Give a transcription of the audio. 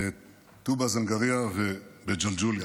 בטובא-זנגרייה ובג'לג'וליה.